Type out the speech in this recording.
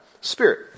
Spirit